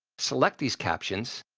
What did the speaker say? select these captions,